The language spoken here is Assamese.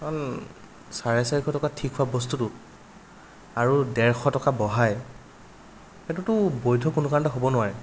কাৰণ চাৰে চাৰিশ টকাত ঠিক হোৱা বস্তুটো আৰু ডেৰশ টকা বঢ়ায় সেইটোতো বৈধ কোনো কাৰণতে হ'ব নোৱাৰে